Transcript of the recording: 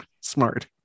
smart